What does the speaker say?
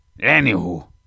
anywho